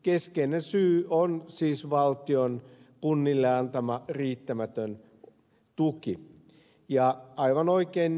keskeinen syy on siis valtion kunnille antama riittämätön tuki ja aivan oikein niin kun ed